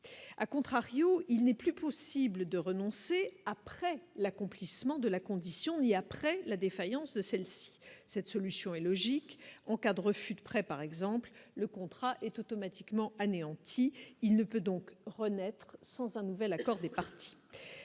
à contrario, il n'est plus possible de renoncer après l'accomplissement de la condition et après la défaillance de celle-ci, cette solution est logique encadre fut de près par exemple le contrat est automatiquement anéanti, il ne peut donc renaître sans un nouvel accord des parties